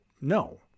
No